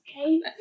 okay